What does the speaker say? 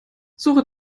suche